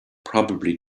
probably